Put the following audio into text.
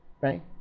right